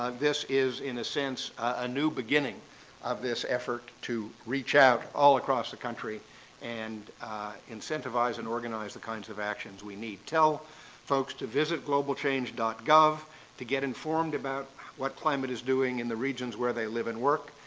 this is, in a sense, a new beginning of this effort to reach out all across the country and incentivize and organize the kinds of actions we need. tell folks to visit globalchange gov to get informed about what climate is doing in the regions where they live and work.